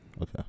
Okay